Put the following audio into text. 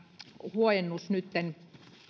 huojennus nytten